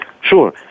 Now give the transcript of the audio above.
Sure